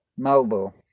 mobile